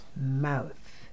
mouth